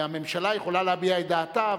והממשלה יכולה להביע את דעתה,